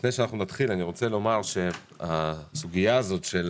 לפני שנתחיל אני רוצה לומר שהסוגייה הזאת של